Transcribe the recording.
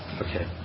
Okay